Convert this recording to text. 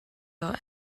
your